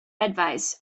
advice